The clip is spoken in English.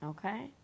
Okay